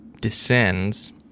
descends